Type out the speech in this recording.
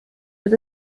wird